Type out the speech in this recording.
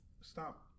stop